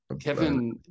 Kevin